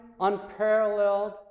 unparalleled